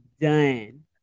done